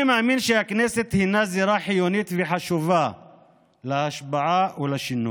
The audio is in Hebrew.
אני מאמין שהכנסת הינה זירה חיונית וחשובה להשפעה ולשינוי.